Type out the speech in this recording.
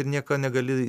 ir nieko negali